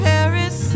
Paris